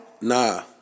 Nah